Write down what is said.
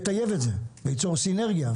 נטייב את זה; ניצור סינרגיה,